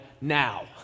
now